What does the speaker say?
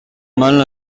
mal